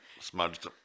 Smudged